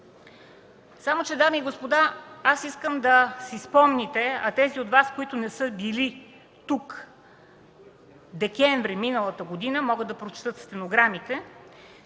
Само че, дами и господа, аз искам да си спомните, а тези от Вас, които не са били тук през месец декември миналата година, могат да прочетат стенограмите